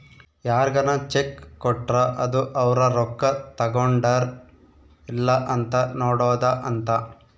ಯಾರ್ಗನ ಚೆಕ್ ಕೊಟ್ರ ಅದು ಅವ್ರ ರೊಕ್ಕ ತಗೊಂಡರ್ ಇಲ್ಲ ಅಂತ ನೋಡೋದ ಅಂತ